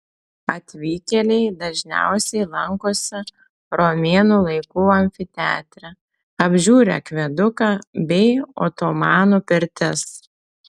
atvykėliai dažniausiai lankosi romėnų laikų amfiteatre apžiūri akveduką bei otomanų pirtis